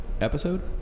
Episode